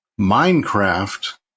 Minecraft